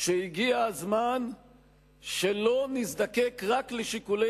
שהגיע הזמן שלא נזדקק רק לשיקולי